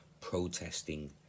protesting